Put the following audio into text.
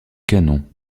canon